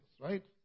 right